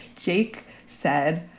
jake said,